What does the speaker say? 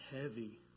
heavy